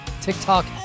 TikTok